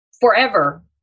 forever